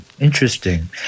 interesting